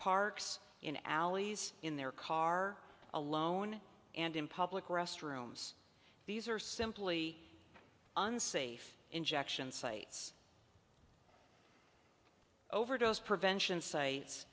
parks in alleys in their car alone and in public restrooms these are simply unsafe injection sites overdose prevention sites